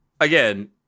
Again